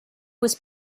was